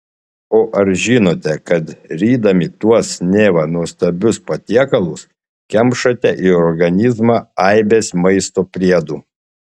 o ar žinote kad rydami tuos neva nuostabius patiekalus kemšate į organizmą aibes maisto priedų